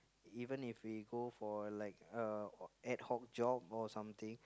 even if we go for like a ad-hoc job or something